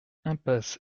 impasse